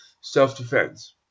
self-defense